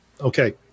Okay